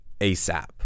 ASAP